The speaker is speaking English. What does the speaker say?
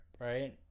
right